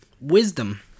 wisdom